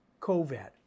covid